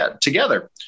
together